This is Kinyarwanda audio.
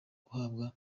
guhabwa